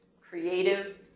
creative